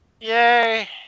Yay